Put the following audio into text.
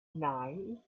nine